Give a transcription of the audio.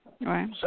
right